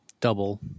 Double